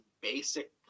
basic